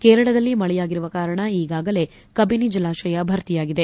ಕೇರಳದಲ್ಲಿ ಮಳೆಯಾಗಿರುವ ಕಾರಣ ಈಗಾಗಲೇ ಕಬಿನಿ ಜಲಾಶಯ ಭರ್ತಿಯಾಗಿದೆ